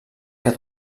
que